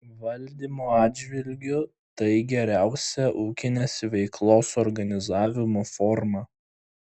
valdymo atžvilgiu tai geriausia ūkinės veiklos organizavimo forma